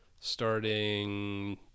starting